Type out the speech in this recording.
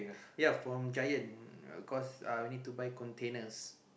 ya from Giant uh cause uh we need to buy containers